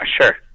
Sure